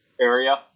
area